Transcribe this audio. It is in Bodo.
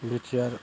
बि टि आर